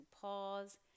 pause